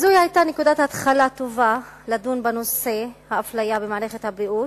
זו היתה נקודת התחלה טובה לדון בנושא האפליה במערכת הבריאות,